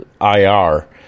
IR